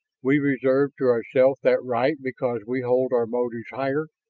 we reserve to ourselves that right because we hold our motives higher?